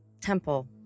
temple